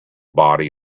body